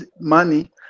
money